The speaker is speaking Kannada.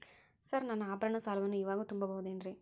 ಸರ್ ನನ್ನ ಆಭರಣ ಸಾಲವನ್ನು ಇವಾಗು ತುಂಬ ಬಹುದೇನ್ರಿ?